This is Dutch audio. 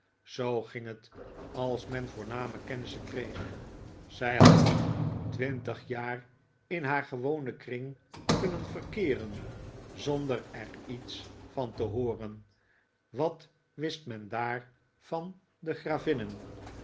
zoo ging het als men voorname kennissen kreeg zij had nog twintig jaar in haar gewonen kring kunnen verkeeren zonder er iets van te hooren wat wist men daar van gravinnen